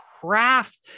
craft